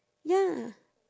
ya